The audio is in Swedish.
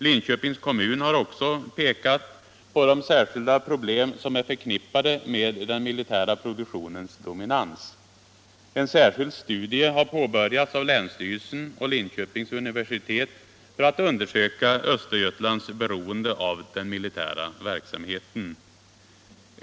Linköpings kommun har också pekat på de särskilda problem som är förknippade med den militära produktionens dominans. En särskild studie har påbörjats av länsstyrelsen och Linköpings universitet för att undersöka Östergötlands beroende av den militära verksamheten.